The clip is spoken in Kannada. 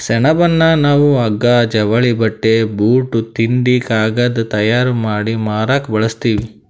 ಸೆಣಬನ್ನ ನಾವ್ ಹಗ್ಗಾ ಜವಳಿ ಬಟ್ಟಿ ಬೂಟ್ ತಿಂಡಿ ಕಾಗದ್ ತಯಾರ್ ಮಾಡಿ ಮಾರಕ್ ಬಳಸ್ತೀವಿ